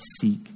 seek